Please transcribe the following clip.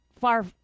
far